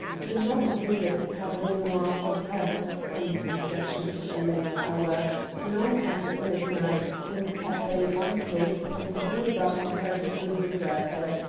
do not visit the cabaret noir for the purpose of police inspection until a late hour long after midnight when the cafe is empty and the boulevard comparatively deserted.